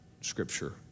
scripture